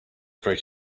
great